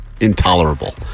intolerable